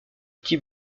type